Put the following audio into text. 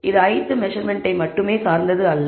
இது ith மெசர்மென்ட்டை மட்டுமே சார்ந்தது அல்ல